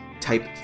Type